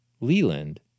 Leland